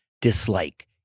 dislike